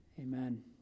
Amen